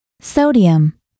Sodium